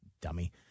dummy